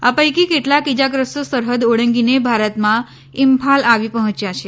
આ પૈકી કેટલાંક ઈજાગ્રસ્તો સરહદ ઓળંગીને ભારતમાં ઈમ્ફાલ આવી પહોંચ્યા છે